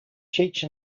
cheech